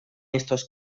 estos